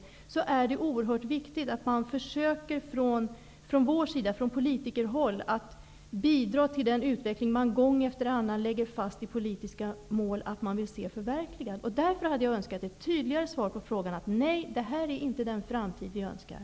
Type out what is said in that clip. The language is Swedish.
Därför är det oerhört viktigt att man från politikerhåll försöker bidra till den utveckling som man gång efter annan lägger fast i politiska mål, som man vill se förverkligad. Jag hade därför önskat ett tydligare svar på frågan: detta är inte den framtid vi önskar.